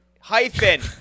hyphen